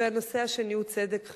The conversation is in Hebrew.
והנושא השני הוא צדק חברתי.